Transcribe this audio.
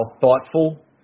thoughtful